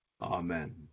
Amen